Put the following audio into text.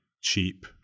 cheap